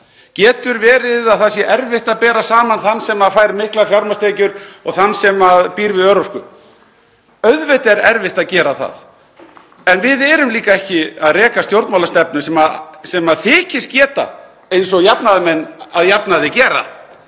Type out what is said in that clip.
Getur verið að það sé erfitt að bera saman þann sem fær miklar fjármagnstekjur og þann sem býr við örorku? Auðvitað er erfitt að gera það en við erum líka ekki að reka stjórnmálastefnu sem þykist geta, eins og jafnaðarmenn að jafnaði gera,